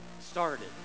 started